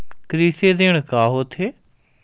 कृषि ऋण का होथे?